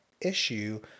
issue